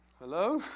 hello